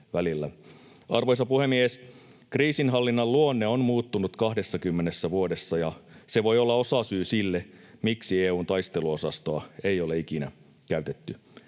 Arvoisa puhemies! Kriisinhallinnan luonne on muuttunut 20 vuodessa, ja se voi olla osasyy sille, miksi EU:n taisteluosastoa ei ole ikinä käytetty.